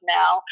now